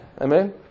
Amen